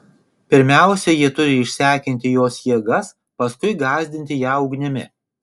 pirmiausia jie turi išsekinti jos jėgas paskui gąsdinti ją ugnimi